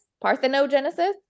parthenogenesis